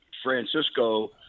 Francisco